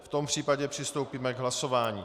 V tom případě přistoupíme k hlasování.